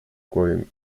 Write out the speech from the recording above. głowie